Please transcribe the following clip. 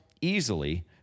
easily